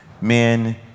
men